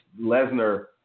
Lesnar